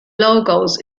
logos